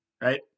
right